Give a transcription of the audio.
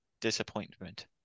disappointment